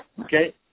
Okay